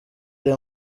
iri